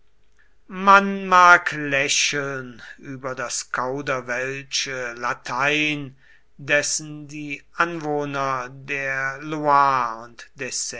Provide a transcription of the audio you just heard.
man mag lächeln über das kauderwelsche latein dessen die anwohner der loire und